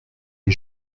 les